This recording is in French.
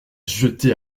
jeter